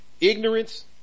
ignorance